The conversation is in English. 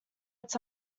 its